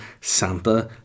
Santa